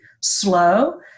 slow